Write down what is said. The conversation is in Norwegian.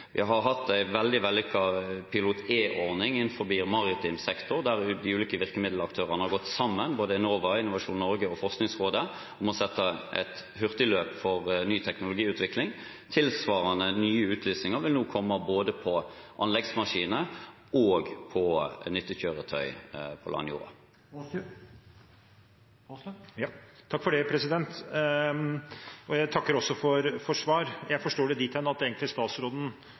Vi har hatt en veldig vellykket PILOT-E-ordning innenfor maritim sektor, der de ulike virkemiddelaktørene har gått sammen – både Enova, Innovasjon Norge og Forskningsrådet – om å sette et hurtigløp for ny teknologiutvikling. Tilsvarende nye utlysninger vil nå komme både på anleggsmaskiner og på nyttekjøretøy på landjorda. Jeg takker for svar. Jeg forstår det dit hen at statsråden egentlig hadde sett for seg at Stortinget samlet sett hadde stemt for